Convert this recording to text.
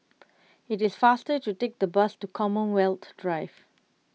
it is faster to take the bus to Commonwealth Drive